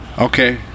Okay